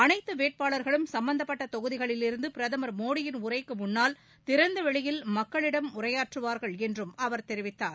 அனைத்து வேட்பாளர்களும் சம்பந்தப்பட்ட தொகுதிகளிலிருந்து பிரதமர் மோடியின் உரைக்கு முன்னால் திறந்த வெளியில் மக்களிடம் உரையாற்றுவார்கள் என்றும் அவர் தெரிவித்தார்